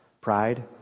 pride